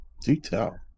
Detail